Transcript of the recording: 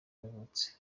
yavutse